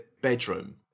bedroom